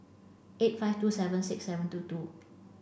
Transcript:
eight five two seven six seven two two